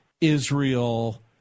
Israel